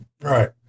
Right